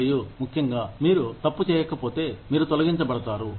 మరియు ముఖ్యంగా మీరు తప్పు చేయకపోతే మీరు తొలగించబడతారు